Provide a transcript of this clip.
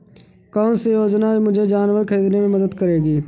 कौन सी योजना मुझे जानवर ख़रीदने में मदद करेगी?